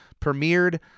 premiered